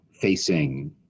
facing